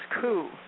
coup